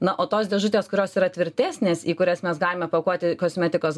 na o tos dėžutės kurios yra tvirtesnės į kurias mes galime pakuoti kosmetikos